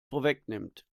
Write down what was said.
vorwegnimmt